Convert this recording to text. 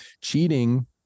Cheating